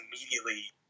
immediately